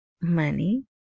money